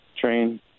train